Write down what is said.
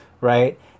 right